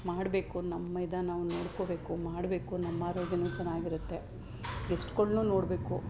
ಮಾಡಬೇಕು ನಮ್ಮ ಇದೇ ನಾವು ನೋಡ್ಕೊಳ್ಬೇಕು ಮಾಡಬೇಕು ನಮ್ಮ ಆರೋಗ್ಯವೂ ಚೆನ್ನಾಗಿರುತ್ತೆ ಗೆಸ್ಟ್ಗಳ್ನೂ ನೋಡಬೇಕು